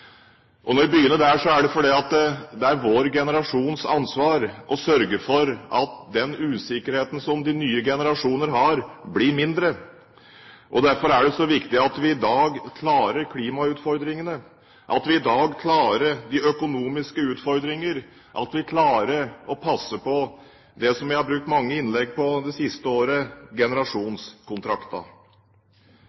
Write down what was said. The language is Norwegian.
1964. Når jeg begynner der, er det fordi det er vår generasjons ansvar å sørge for at den usikkerheten som de nye generasjoner har, blir mindre. Derfor er det så viktig at vi i dag klarer klimautfordringene, at vi i dag klarer de økonomiske utfordringene, at vi klarer å passe på det som jeg har brukt mange innlegg på det siste året